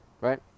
right